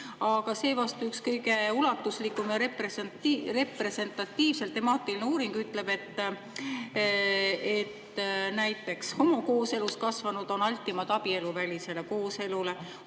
Seevastu üks ulatuslik representatiivselt temaatiline uuring ütleb, et homokooselus kasvanud on altimad abieluvälisele kooselule,